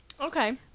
Okay